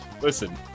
Listen